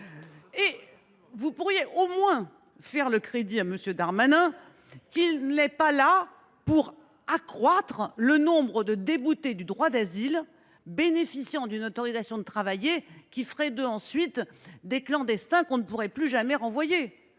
Vous pourriez au moins mettre au crédit de votre ami Darmanin qu’il n’est pas là pour accroître le nombre de déboutés du droit d’asile bénéficiant d’une autorisation de travailler, ce qui ferait d’eux des clandestins qui ne pourraient plus jamais être renvoyés.